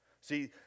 See